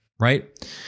right